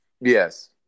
Yes